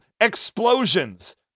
explosions